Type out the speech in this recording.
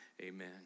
amen